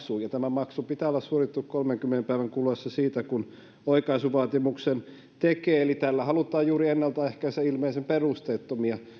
maksu ja tämän maksun pitää olla suoritettuna kolmenkymmenen päivän kuluessa siitä kun oikaisuvaatimuksen tekee eli tällä halutaan juuri ennaltaehkäistä ilmeisen perusteettomia